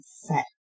set